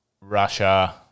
Russia